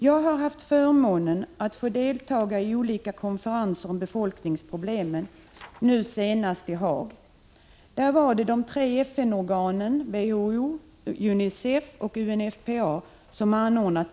Jag har haft förmånen att få delta i olika konferenser om befolkningspro — Prot. 1985/86:117 blemen, nu senast i Haag.